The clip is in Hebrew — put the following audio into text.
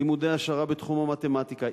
לימודי העשרה בתחום המתמטיקה,